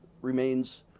remains